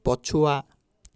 ପଛୁଆ